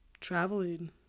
traveling